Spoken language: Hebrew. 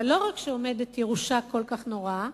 אבל לא רק שעומדת ירושה כל כך נוראה,